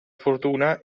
fortuna